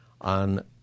on